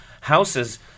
houses